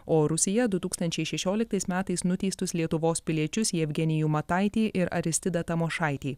o rusija du tūkstančiai šešioliktais metais nuteistus lietuvos piliečius jevgenijų mataitį ir aristidą tamošaitį